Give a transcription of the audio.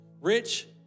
rich